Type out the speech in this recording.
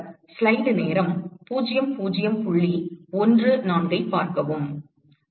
சரி